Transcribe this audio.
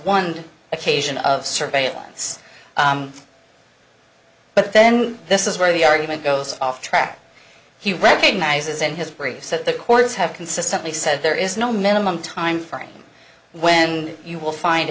one occasion of surveillance but then this is where the argument goes off track he recognizes in his briefs that the courts have consistently said there is no minimum time frame when you will find